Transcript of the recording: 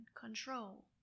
control